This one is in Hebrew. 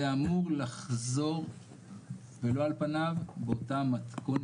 זה אמור לחזור ולא על פניו, באותה מתכונת.